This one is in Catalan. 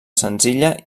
senzilla